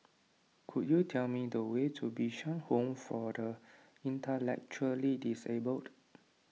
could you tell me the way to Bishan Home for the Intellectually Disabled